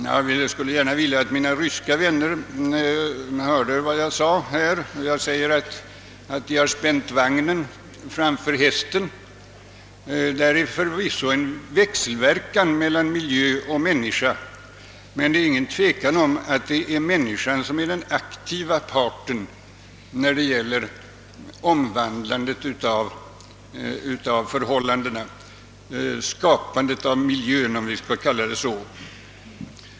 Jag skulle gärna vilja att mina ryska vänner hörde vad jag säger här — jag säger att de har spänt vagnen framför hästen. Det är förvisso en växelverkan mellan miljö och människa, men det råder inget som helst tvivel om att människan är den aktiva parten när det gäller omvandlandet av förhållandena — skapandet av miljön, om vi kallar det så.